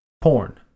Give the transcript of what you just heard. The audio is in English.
porn